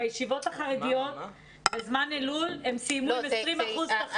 בישיבות החרדיות בזמן אלול הם סיימו עם 20 אחוזים תחלואה.